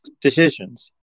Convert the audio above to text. decisions